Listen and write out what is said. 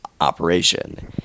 Operation